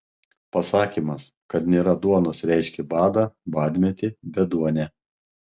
pasakymas kad nėra duonos reiškė badą badmetį beduonę